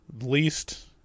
least